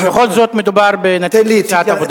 בכל זאת מדובר בנציג סיעת העבודה.